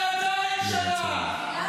הדם על הידיים שלך.